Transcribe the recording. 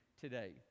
today